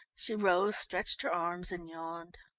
she rose, stretched her arms and yawned.